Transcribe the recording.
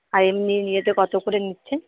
আর এমনি নিয়ে যেতে কত করে নিচ্ছেন